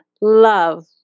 love